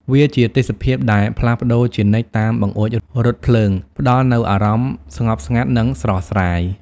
វាជាទេសភាពដែលផ្លាស់ប្តូរជានិច្ចតាមបង្អួចរថភ្លើង ផ្ដល់នូវអារម្មណ៍ស្ងប់ស្ងាត់ និងស្រស់ស្រាយ។